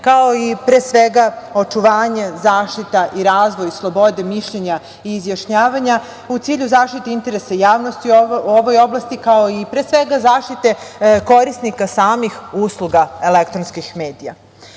kao i, pre svega, očuvanje, zaštita i razvoj slobode mišljenja i izjašnjavanja u cilju zaštite interesa javnosti u ovoj oblasti, kao i zaštite korisnika samih usluga elektronskih medija. Savet